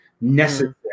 necessary